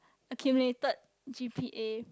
accumulated G_P_A